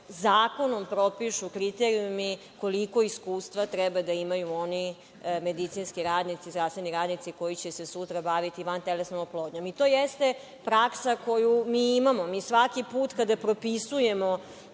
zakonom propišu kriterijumi koliko iskustva treba da imaju oni medicinski radnici, zdravstveni radnici koji će se sutra baviti vantelesnom oplodnjom. To jeste praksa koju mi imamo. Mi svaki put kada propisujemo